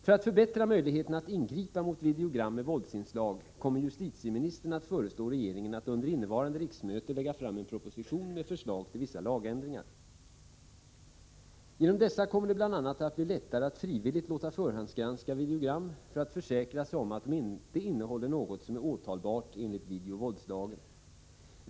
För att förbättra möjligheterna att ingripa mot videogram med våldsinslag kommer justitieministern att föreslå regeringen att under innevarande riksmöte lägga fram en proposition med förslag till vissa lagändringar. Genom dessa kommer det bl.a. att bli lättare att frivilligt låta förhandsgranska videogram för att försäkra sig om att de inte innehåller något som är åtalbart enligt videovåldslagen.